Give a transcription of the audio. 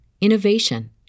innovation